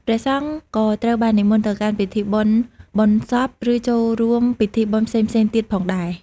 ព្រះសង្ឃក៏ត្រូវបាននិមន្តទៅកាន់ពិធីបុណ្យបុណ្យសព ឬចូលរួមពីធីបុណ្យផ្សេងៗទៀតផងដែរ។